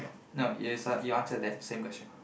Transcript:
no you saw you answer that same question